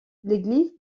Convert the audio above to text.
l’église